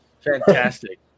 Fantastic